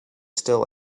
still